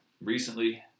recently